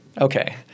okay